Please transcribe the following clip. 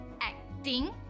acting